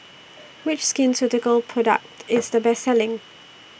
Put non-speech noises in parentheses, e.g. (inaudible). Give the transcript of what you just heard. Which Skin Ceuticals Product (noise) IS The Best Selling